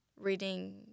reading